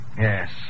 Yes